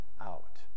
out